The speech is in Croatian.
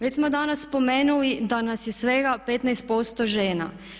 Već smo danas spomenuli da nas je svega 15% žena.